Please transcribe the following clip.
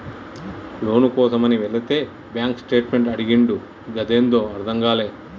లోను కోసమని వెళితే bank statement అడిగిండు గదేందో అర్థం గాలే